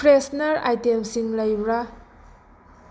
freshener ꯑꯥꯏꯇꯦꯝꯁꯤꯡ ꯂꯩꯕ꯭ꯔꯥ